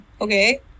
Okay